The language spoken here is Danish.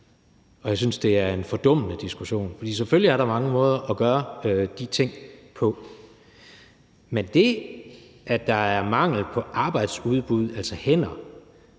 Og jeg synes, det er en fordummende diskussion. For selvfølgelig er der mange måder at gøre de ting på, men det, at der er mangel på arbejdsudbud, altså hænder,